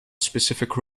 specific